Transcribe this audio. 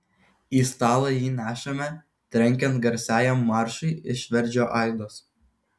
į stalą jį nešame trenkiant garsiajam maršui iš verdžio aidos